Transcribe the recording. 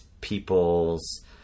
people's